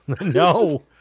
no